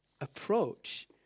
approach